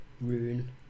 rune